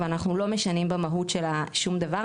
אבל אנחנו לא משנים במהות שלה שום דבר,